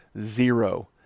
Zero